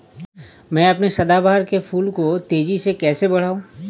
मैं अपने सदाबहार के फूल को तेजी से कैसे बढाऊं?